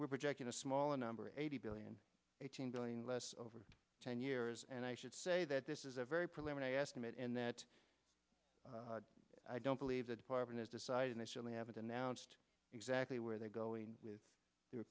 we're projecting a smaller number eighty billion eighteen billion less over ten years and i should say that this is a very preliminary estimate and that i don't believe the department has decided initially have it announced exactly where they going with the